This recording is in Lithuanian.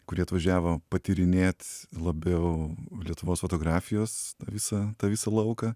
kurie atvažiavo patyrinėt labiau lietuvos fotografijos visą tą visą lauką